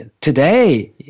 today